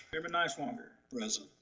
chairman niswonger present.